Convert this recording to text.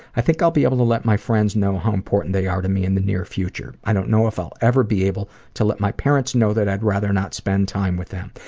i think i'll be able to let my friends know how important they are to me in the near future. i don't know if i'll ever be able to let my parents know that i'd rather not spend time with them.